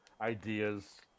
ideas